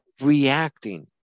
reacting